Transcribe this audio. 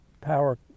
power